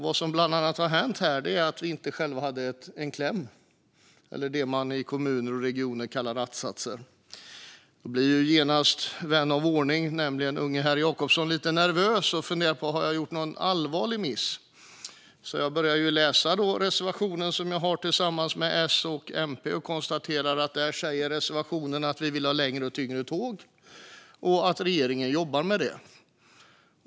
Vad som bland annat hade hänt var att vi inte själva hade en kläm eller det man i kommuner och regioner kallar en att-sats. Då blev genast vän av ordning, nämligen unge herr Jacobsson, lite nervös och funderade på om han hade gjort någon allvarlig miss. Jag började läsa reservationen som jag har tillsammans med S och MP. Jag konstaterade att det i reservationen sägs att vi vill ha längre och tyngre tåg och att regeringen jobbar med det.